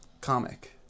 comic